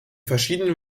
verschiedenen